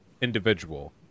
individual